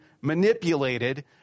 manipulated